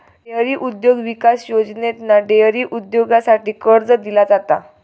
dairy उद्योग विकास योजनेतना डेअरी उद्योगासाठी कर्ज दिला जाता